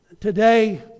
today